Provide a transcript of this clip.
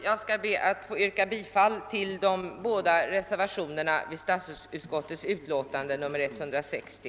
Jag skall be att få yrka bifall till de båda reservationer som är fogade vid statsutskottets utlåtande nr 160.